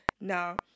now